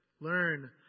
Learn